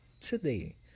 today